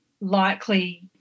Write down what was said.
likely